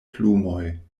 plumoj